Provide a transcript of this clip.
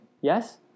Yes